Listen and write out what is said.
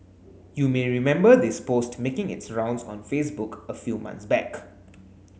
you may remember this post making its rounds on Facebook a few months back